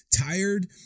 Tired